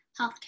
healthcare